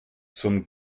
zum